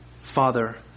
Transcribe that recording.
Father